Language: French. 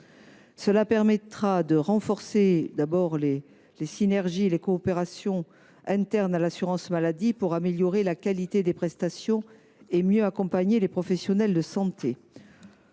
Cela permettra de renforcer les synergies et les coopérations internes à l’assurance maladie, pour améliorer la qualité des prestations et mieux accompagner les professionnels de santé.